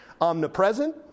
omnipresent